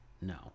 No